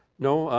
no,